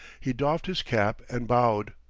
he doffed his cap and bowed.